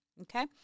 Okay